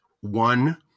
one